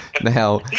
now